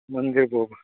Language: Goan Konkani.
मंदीर पळोवपा